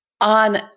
On